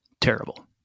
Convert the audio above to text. terrible